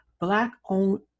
Black-owned